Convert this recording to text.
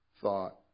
thought